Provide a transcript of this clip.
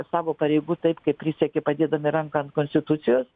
savo pareigų taip kaip prisiekė padėdami ranką ant konstitucijos